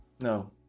No